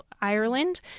Ireland